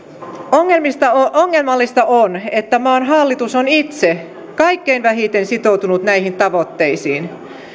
ongelmallista ongelmallista on että maan hallitus on itse kaikkein vähiten sitoutunut näihin tavoitteisiin